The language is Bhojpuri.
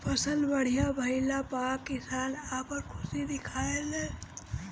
फसल बढ़िया भइला पअ किसान आपन खुशी दिखावे लन